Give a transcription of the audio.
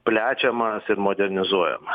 plečiamas ir modernizuojama